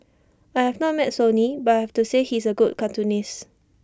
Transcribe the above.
I have not met Sonny but I have to say he is A good cartoonist